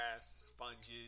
sponges